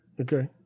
Okay